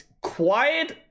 quiet